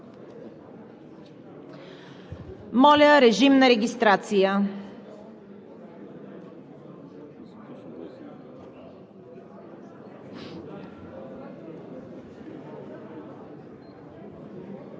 Моля, режим на регистрация.